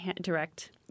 direct